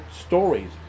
stories